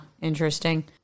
interesting